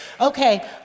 Okay